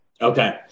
Okay